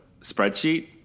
spreadsheet